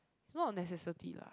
not a necessity lah